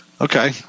Okay